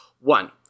one